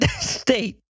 state